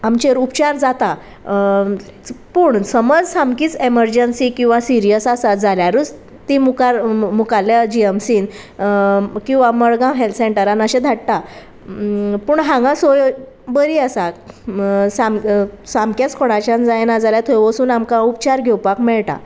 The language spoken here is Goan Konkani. आमचेर उपचार जाता पूण समज सामकीच एमरजंसी किंवां सिरयस आसा जाल्यारूच ती मुखार मुखालल्या जी एम सीन किंवां मडगांव हेल्थ सेंटरान अशें धाडटा पूण हांगा सोय बरी आसा सामकेंच कोणाच्यान जायना जाल्यार थंय वचून आमकां उपचार घेवपाक मेळटा